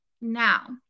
Now